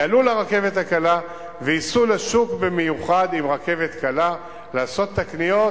יעלו לרכבת הקלה וייסעו לשוק במיוחד ברכבת הקלה לעשות את הקניות,